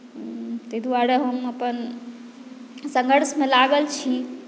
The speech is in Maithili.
ताहि द्वारे हम अपन सङ्घर्षमे लागल छी